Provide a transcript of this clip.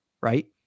Right